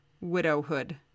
widowhood